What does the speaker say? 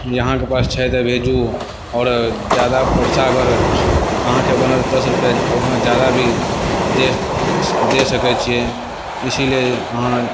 अहाँके पास छै तऽ भेजू आओर ज्यादा पइसा अगर अहाँके बनल दस रुपैआ आओर अहाँ ज्यादा भी दऽ सकै छिए इसीलिए अहाँ